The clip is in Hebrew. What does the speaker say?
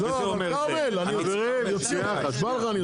צריך לתקן את החוק.